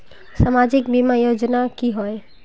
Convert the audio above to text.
सामाजिक बीमा योजना की होय?